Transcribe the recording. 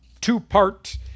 two-part